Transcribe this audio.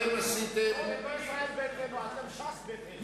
זה לא ישראל ביתנו, זה ש"ס ביתנו.